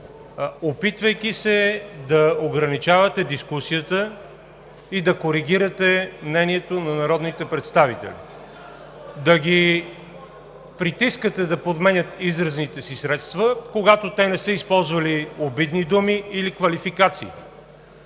опитвайки се да ограничавате дискусията и да коригирате мнението на народните представители, да ги притискате да подменят изразните си средства, когато те не са използвали обидни думи или квалификации.